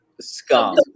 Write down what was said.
scum